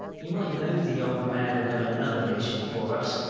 you might know the old man would have another mission for us!